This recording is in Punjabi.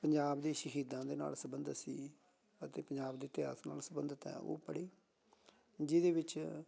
ਪੰਜਾਬ ਦੇ ਸ਼ਹੀਦਾਂ ਦੇ ਨਾਲ ਸਬੰਧਿਤ ਸੀ ਅਤੇ ਪੰਜਾਬ ਦੇ ਇਤਿਹਾਸ ਨਾਲ ਸੰਬੰਧਿਤ ਆ ਉਹ ਪੜ੍ਹੀ ਜਿਹਦੇ ਵਿੱਚ